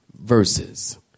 verses